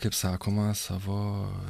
kaip sakoma savo